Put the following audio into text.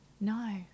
no